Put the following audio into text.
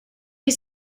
his